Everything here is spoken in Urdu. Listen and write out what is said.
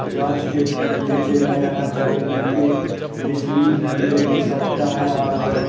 گاچھ کے نیچے نہیں رہنا چاہیے کیونکہ بجلی بھی گری گر سکتا ہے اور وہ